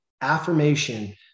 affirmation